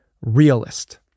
realist